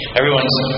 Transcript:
everyone's